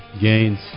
Gains